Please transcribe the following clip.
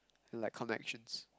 like connections